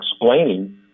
explaining